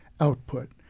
output